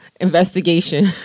investigation